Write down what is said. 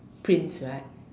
prince right